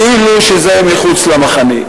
כאילו זה מחוץ למחנה.